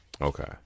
Okay